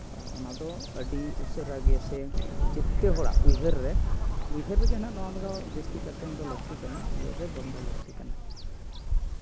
ᱚᱱᱟ ᱫᱚ ᱟᱹᱰᱤ ᱩᱥᱟᱹᱨᱟ ᱜᱮ ᱥᱮ ᱡᱚᱛᱛᱚ ᱦᱚᱲᱟᱜ ᱩᱭᱦᱟᱹᱨ ᱨᱮ ᱩᱭᱦᱟᱹᱨ ᱨᱮᱜᱮ ᱱᱟᱦᱟᱜ ᱱᱚᱣᱟ ᱠᱚᱫᱚ ᱡᱟᱹᱥᱛᱤ ᱠᱟᱛᱮᱫ ᱫᱚ ᱞᱟᱹᱠᱛᱤ ᱠᱟᱱᱟ ᱩᱭᱦᱟᱹᱨ ᱨᱮ ᱵᱚᱱᱫᱚ ᱞᱟᱹᱠᱛᱤ ᱠᱟᱱᱟ